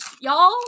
y'all